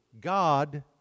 God